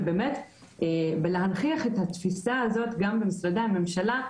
ובאמת בלהנכיח את התפיסה הזאת גם במשרדי הממשלה,